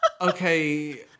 Okay